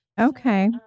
Okay